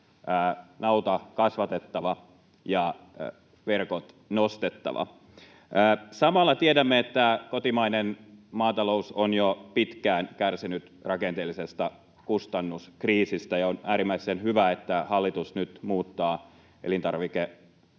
nauta kasvatettava ja verkot nostettava. Samalla tiedämme, että kotimainen maatalous on jo pitkään kärsinyt rakenteellisesta kustannuskriisistä. On äärimmäisen hyvä, että hallitus nyt muuttaa elintarvikemarkkinalakia,